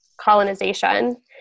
colonization